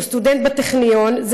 שהוא סטודנט בטכניון,